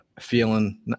feeling